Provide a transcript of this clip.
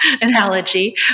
analogy